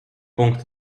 punkt